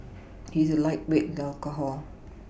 he is a lightweight in alcohol